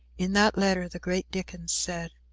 in that letter the great dickens said,